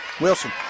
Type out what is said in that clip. Wilson